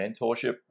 mentorship